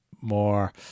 more